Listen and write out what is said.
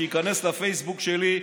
שייכנס לפייסבוק שלי,